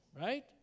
right